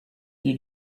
you